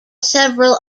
several